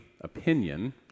opinion